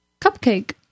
cupcake